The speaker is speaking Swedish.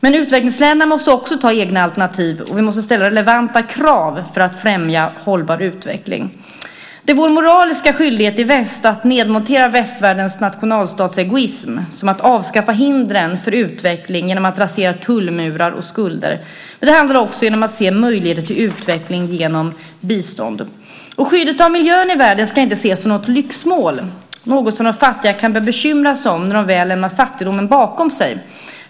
Men utvecklingsländerna måste också anta egna alternativ, och vi måste ställa relevanta krav för att främja hållbar utveckling. Det är vår moraliska skyldighet i väst att nedmontera västvärldens nationalstatsegoism som att avskaffa hindren för utveckling genom att rasera tullmurar och skulder. Men det gäller också att se möjligheter till utveckling genom bistånd. Skyddet av miljön i världen ska inte ses som något lyxmål, något som de fattiga kan börja bekymra sig om när de väl har lämnat fattigdomen bakom sig.